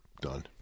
Done